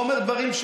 ואומר דברים,